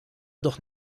doch